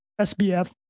SBF